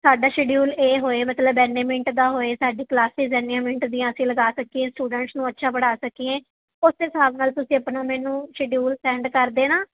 ਸਾਡਾ ਸ਼ਡਿਊਲ ਇਹ ਹੋਏ ਮਤਲਬ ਇੰਨੇ ਮਿੰਟ ਦਾ ਹੋਏ ਸਾਡੀ ਕਲਾਸਿਜ ਇੰਨੀਆਂ ਮਿੰਟ ਦੀਆਂ ਅਸੀਂ ਲਗਾ ਸਕੀਏ ਸਟੂਡੈਂਟਸ ਨੂੰ ਅੱਛਾ ਪੜ੍ਹਾ ਸਕੀਏ ਉਸ ਹਿਸਾਬ ਨਾਲ ਤੁਸੀਂ ਆਪਣਾ ਮੈਨੂੰ ਸ਼ਡਿਊਲ ਸੈਂਡ ਕਰ ਦੇਣਾ